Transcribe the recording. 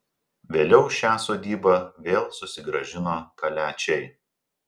vėliau šią sodybą vėl susigrąžino kaliačiai